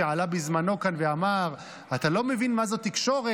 שעלה בזמנו כאן ואמר: אתה לא מבין מה זו תקשורת.